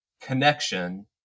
connection